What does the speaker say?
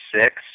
Six